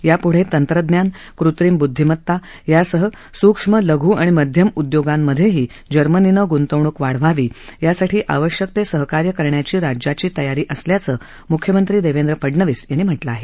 याप्रढं तंत्रज्ञान कृत्रिम ब्दधीमता यासह सुक्ष्म लघू आणि मध्यम उदयोगांमध्येही जर्मनीनं गृंतवणूक वाढवावी यासाठी आवश्यक ते सहकार्य करण्याची राज्याची तयारी असल्याचं म्ख्यमंत्री देवेंद्र फडणवीस यांनी म्हटलं आहे